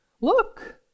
look